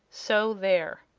so, there!